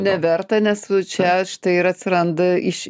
neverta nes čia štai ir atsiranda iš